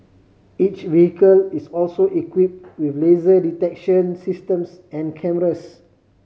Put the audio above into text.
each vehicle is also equipped with laser detection systems and cameras